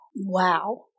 Wow